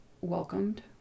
welcomed